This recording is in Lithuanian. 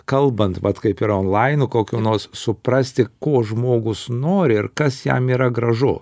kalbant vat kaip ir onlainu kokiu nors suprasti ko žmogus nori ir kas jam yra gražu